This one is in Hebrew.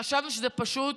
חשבנו שזה פשוט,